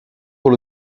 pour